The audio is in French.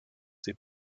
ses